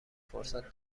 فرصت